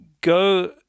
Go